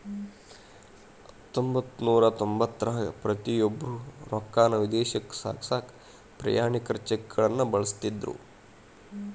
ಹತ್ತೊಂಬತ್ತನೂರ ತೊಂಬತ್ತರಾಗ ಪ್ರತಿಯೊಬ್ರು ರೊಕ್ಕಾನ ವಿದೇಶಕ್ಕ ಸಾಗ್ಸಕಾ ಪ್ರಯಾಣಿಕರ ಚೆಕ್ಗಳನ್ನ ಬಳಸ್ತಿದ್ರು